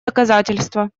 доказательство